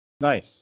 Nice